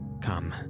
come